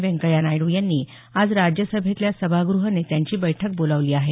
व्यंकय्या नायडू यांनी आज राज्यसभेतल्या सभागृह नेत्यांची बैठक बोलावली आहे